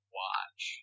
watch